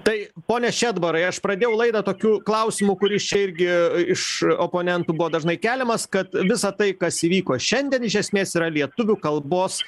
tai pone šedbarai aš pradėjau laidą tokiu klausimu kuris čia irgi iš oponentų buvo dažnai keliamas kad visa tai kas įvyko šiandien iš esmės yra lietuvių kalbos